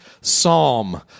psalm